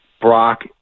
Brock